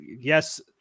yes